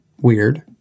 Weird